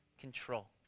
control